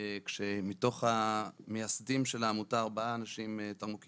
כשמתוך המייסדים של העמותה ארבעה אנשים תרמו כליה,